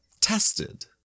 tested